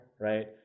right